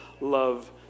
love